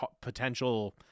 potential